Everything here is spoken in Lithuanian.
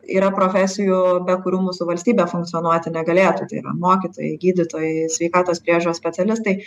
yra profesijų be kurių mūsų valstybė funkcionuoti negalėtų tai yra mokytojai gydytojai sveikatos priežiūros specialistai